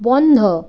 বন্ধ